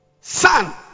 Son